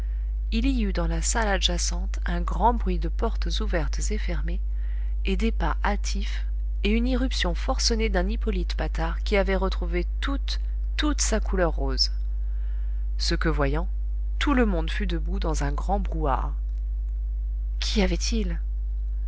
il y eut dans la salle adjacente un grand bruit de portes ouvertes et fermées et des pas hâtifs et une irruption forcenée d'un hippolyte patard qui avait retrouvé toute toute sa couleur rose ce que voyant tout le monde fut debout dans un grand brouhaha qu'y avait-il